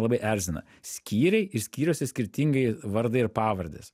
labai erzina skyriai ir skyriuose skirtingai vardai ir pavardės